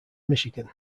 michigan